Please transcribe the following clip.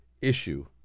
issue